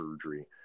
surgery